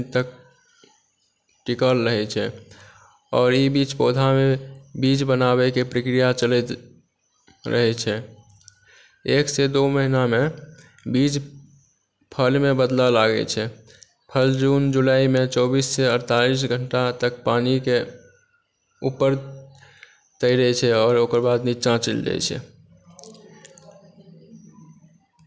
एक से दो महिनामे बीज फलमे बदलऽ लागै छै फल जून जुलाईमे चौबीस मे अड़तालीस घंटा तक पानीके ऊपर तैरै छै आओर ओकर बाद नीचा चलि जाइत छै